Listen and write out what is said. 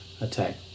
attack